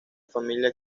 familia